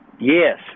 Yes